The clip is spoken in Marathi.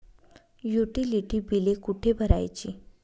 युटिलिटी बिले कुठे भरायची?